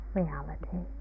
reality